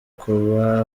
kuba